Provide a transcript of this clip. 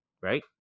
right